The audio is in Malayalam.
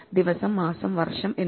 ദിവസം മാസം വർഷം എന്നിവ